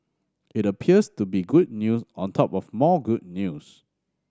it appears to be good news on top of more good news